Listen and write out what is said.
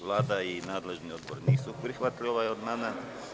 Vlada i nadležni odbor nisu prihvatili ovaj amandman.